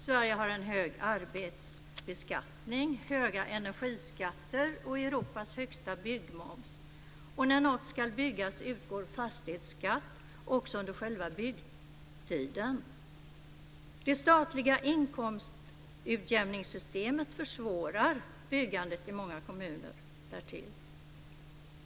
Sverige har en hög arbetsbeskattning, höga energiskatter och Europas högsta byggmoms. Och när något ska byggas utgår fastighetsskatt också under själva byggtiden. Det statliga inkomstutjämningssystemet försvårar också byggandet i många kommuner.